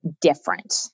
different